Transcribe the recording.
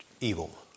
evil